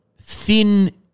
thin